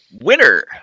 Winner